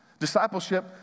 Discipleship